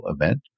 event